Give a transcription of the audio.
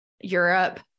Europe